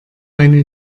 meine